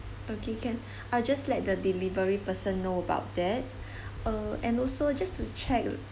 okay can I'll just let the delivery person know about that uh and also just to check